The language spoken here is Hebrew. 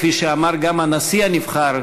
כפי שאמר גם הנשיא הנבחר,